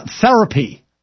therapy